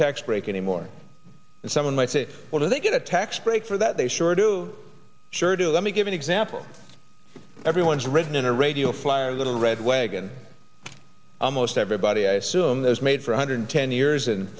tax break anymore and someone might say or they get a tax break for that they sure do sure do let me give an example everyone's written in a radio flyer little red wagon almost everybody i assume those made for hundred ten years and